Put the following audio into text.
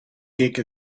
take